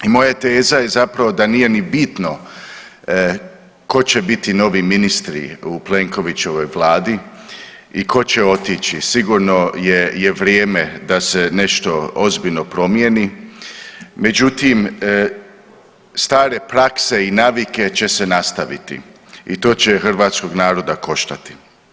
I moja teza je zapravo da nije ni bitno tko će biti novi ministri u Plenkovićevoj vladi i tko će otići, sigurno je vrijeme da se nešto ozbiljno promijeni međutim stare prakse i navike će se nastaviti i to će hrvatskog naroda koštati.